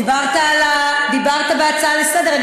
דיברת בהצעה לסדר-היום,